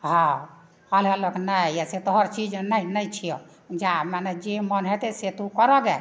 हॅं आयल हलक नहि यए से तोहर चीज नहि छिअ जा मने जे मन हेतै से तु करऽ गऽ